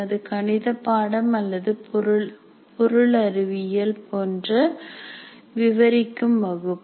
அது கணிதப்பாடம் அல்லது பொருளறிவியல் போன்ற விவரிக்கும் வகுப்பு